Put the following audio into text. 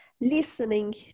listening